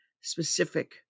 specific